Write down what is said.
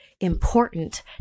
important